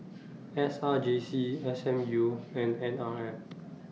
S R J C S M U and N R F